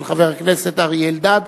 של חבר הכנסת אריה אלדד,